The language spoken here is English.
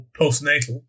postnatal